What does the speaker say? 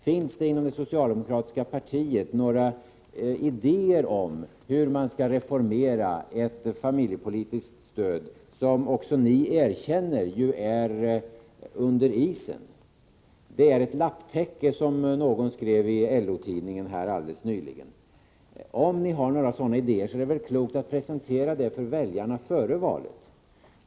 Finns det inom det socialdemokratiska partiet några idéer om hur man skall reformera ett familjepolitiskt stöd, som ju också ni erkänner är under isen? Det är ett lapptäcke, som någon skrev i LO-tidningen helt nyligen. Om ni har några idéer vore det väl klokt att presentera dem för väljarna före valet.